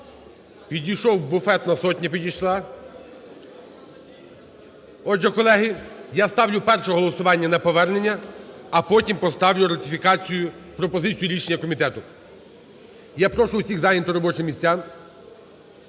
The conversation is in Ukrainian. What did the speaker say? Підійшов… "буфетна сотня" підійшла. Отже, колеги, я ставлю перше голосування на повернення, а потім поставлю ратифікацію… пропозицію рішення комітету. Я прошу всіх зайняти робочі місця.